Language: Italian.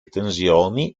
tensioni